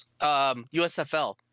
usfl